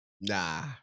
Nah